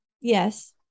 Yes